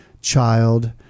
child